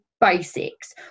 basics